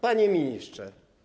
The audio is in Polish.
Panie Ministrze!